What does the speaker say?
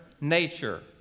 nature